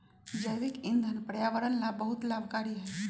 जैविक ईंधन पर्यावरण ला बहुत लाभकारी हई